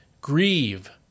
Grieve